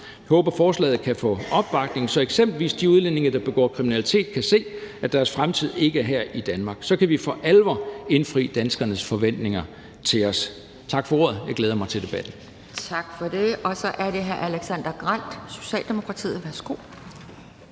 Vi håber, at forslaget kan få opbakning, så eksempelvis de udlændinge, der begår kriminalitet, kan se, at deres fremtid ikke er her i Danmark. Så kan vi for alvor indfri danskernes forventninger til os. Tak for ordet. Jeg glæder mig til debatten.